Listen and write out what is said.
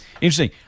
interesting